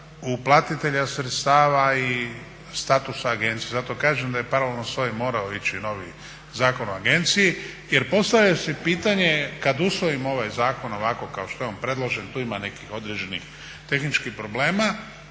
uplatitelja sredstava i statusa agencije. Zato kažem da je paralelno s ovim mora ići novi Zakon o agenciji jer postavlja se pitanje kada usvojimo ovaj zakon ovako kako što je on predložen, tu ima određenih tehničkih problema,